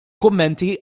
kummenti